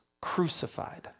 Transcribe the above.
crucified